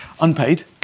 Unpaid